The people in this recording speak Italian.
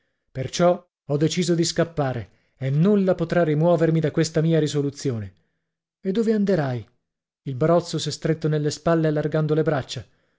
perciò ho deciso di scappare e nulla potrà rimuovermi da questa mia risoluzione e dove anderai il barozzo s'è stretto nelle spalle allargando le braccia